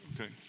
Okay